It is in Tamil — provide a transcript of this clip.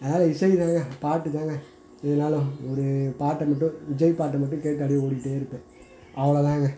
அதனால இசைதாங்க பாட்டுதாங்க இதனால ஒரு பாட்டை மட்டும் விஜய் பாட்டை மட்டும் கேட்டு அப்டி ஓடிகிட்டே இருப்பேன் அவ்வளோதாங்க